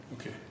Okay